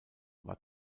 war